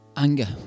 Anger